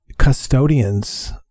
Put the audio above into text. Custodians